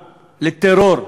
לטרור,